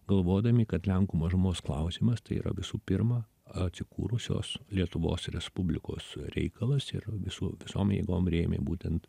galvodami kad lenkų mažumos klausimas tai yra visų pirma atsikūrusios lietuvos respublikos reikalas yra visų visom jėgom rėmė būtent